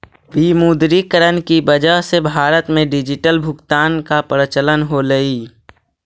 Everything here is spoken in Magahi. विमुद्रीकरण की वजह से भारत में डिजिटल भुगतान का प्रचलन होलई